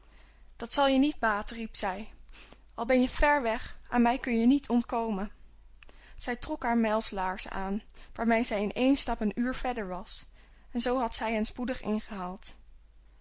dat zal je niet baten riep zij al ben je ver weg aan mij kun je niet ontkomen zij trok haar mijlslaarzen aan waarmee zij in één stap een uur verder was en zoo had zij hen spoedig ingehaald